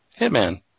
Hitman